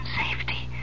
safety